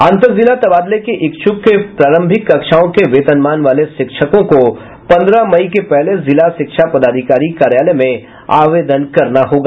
अंतर जिला तबादले के इच्छुक प्रारंभिक कक्षाओं के वेतनमान वाले शिक्षकों को पन्द्रह मई के पहले जिला शिक्षा पदाधिकारी कार्याालय में आवेदन करना होगा